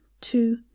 two